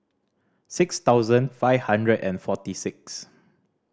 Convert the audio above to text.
six thousand five hundred and forty six